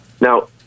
Now